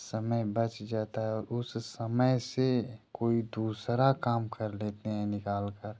समय बच जाता है उस समय से कोई दूसरा काम कर लेते हैं निकाल कर